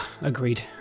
agreed